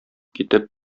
китеп